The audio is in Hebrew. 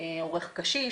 הורה קשיש,